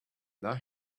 now